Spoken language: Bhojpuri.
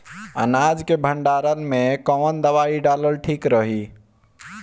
अनाज के भंडारन मैं कवन दवाई डालल ठीक रही?